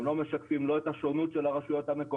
הם לא משקפים לא את השונות של הרשויות המקומיות,